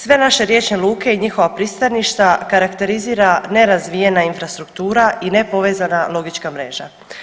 Sve naše riječne luke i njihova pristaništa karakterizira nerazvijena infrastruktura i nepovezana logička mreža.